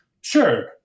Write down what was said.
sure